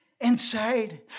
inside